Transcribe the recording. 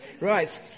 Right